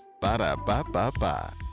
Ba-da-ba-ba-ba